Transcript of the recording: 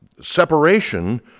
separation